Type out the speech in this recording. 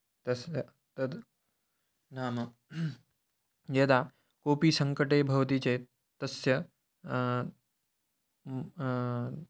तस्य तद् नाम यदा कोपि सङ्कटे भवति चेत् तस्य